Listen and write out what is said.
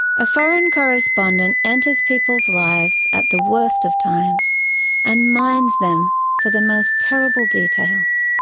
a foreign correspondent enters people's lives at the worst of times and mines them for the most terrible details.